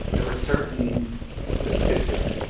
there were certain specific,